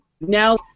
now